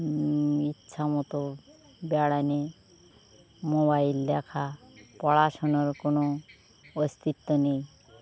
ইচ্ছা মতো বেড়ানে মোবাইল দেখা পড়াশুনোর কোনো অস্তিত্ব নেই